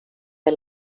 wir